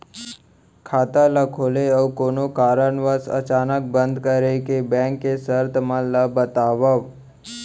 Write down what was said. खाता ला खोले अऊ कोनो कारनवश अचानक बंद करे के, बैंक के शर्त मन ला बतावव